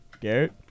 Garrett